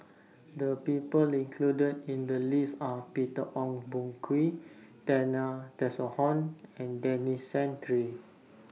The People included in The list Are Peter Ong Boon Kwee Zena Tessensohn and Denis Santry